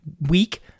week